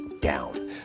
down